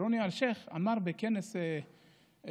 רוני אלשיך אמר בכנס באילת,